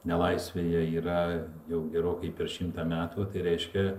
nelaisvėje yra jau gerokai per šimtą metų tai reiškia